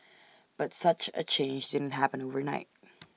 but such A change didn't happen overnight